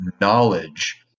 knowledge